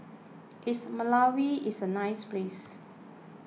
is Malawi is a nice place